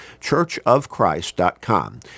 churchofchrist.com